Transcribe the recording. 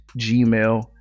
Gmail